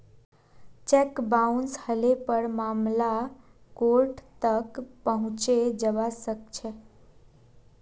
cheque bounce हले पर मामला कोर्ट तक पहुंचे जबा सकछे